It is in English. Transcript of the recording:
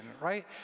right